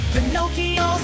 Pinocchio